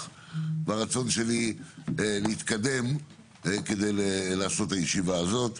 והרצון שלי להתקדם כדי לעשות את הישיבה הזאת.